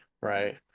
Right